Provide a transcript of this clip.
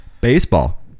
Baseball